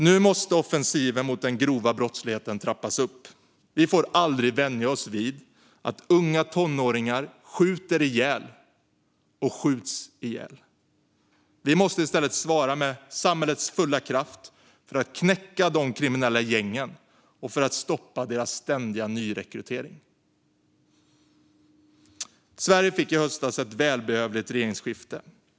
Nu måste offensiven mot den grova brottsligheten trappas upp. Vi får aldrig vänja oss vid att unga tonåringar skjuter ihjäl och skjuts ihjäl. Vi måste i stället svara med samhällets fulla kraft för att knäcka de kriminella gängen och för att stoppa deras ständiga nyrekrytering. Sverige fick i höstas ett välbehövligt regeringsskifte.